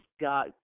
got